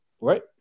right